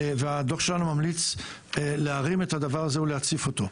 והדוח שלנו ממליץ להרים את הדבר הזה ולהציף אותו.